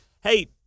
hey